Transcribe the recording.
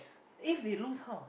if they lose how